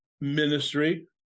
ministry